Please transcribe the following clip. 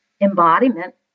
embodiment